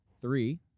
Three